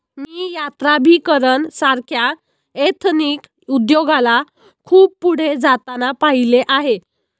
मी यात्राभिकरण सारख्या एथनिक उद्योगाला खूप पुढे जाताना पाहिले आहे